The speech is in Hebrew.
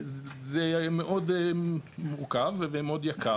זה מאוד מורכב ומאוד יקר,